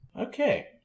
Okay